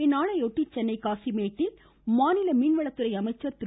இந்நாளையொட்டி சென்னை காசிமேட்டில் மாநில மீன்வளத்துறை அமைச்சர் திரு